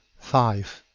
five.